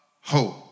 hope